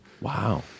Wow